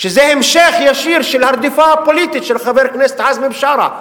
שזה המשך ישיר של הרדיפה הפוליטית של חבר כנסת עזמי בשארה,